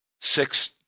six